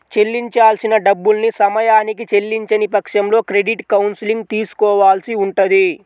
చెల్లించాల్సిన డబ్బుల్ని సమయానికి చెల్లించని పక్షంలో క్రెడిట్ కౌన్సిలింగ్ తీసుకోవాల్సి ఉంటది